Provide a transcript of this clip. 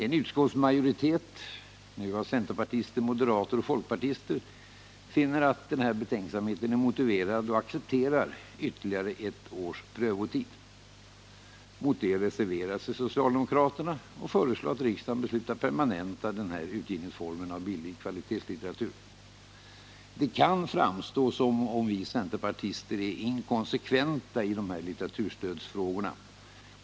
En utskottsmajoritet av centerpartister, moderater och folkpartister finner att denna betänksamhet är motiverad och accepterar ytterligare ett års prövotid. Mot detta reserverar sig socialdemokraterna och föreslår att riksdagen nu beslutar permanenta denna utgivningsform av billig kvalitetslitteratur. Det kan framstå som om vi centerpartister är inkonsekventa i de här litteraturstödsfrågorna.